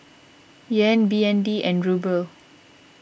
Yen B N D and Ruble